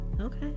okay